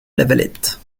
lavalette